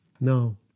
No